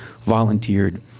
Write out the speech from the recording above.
volunteered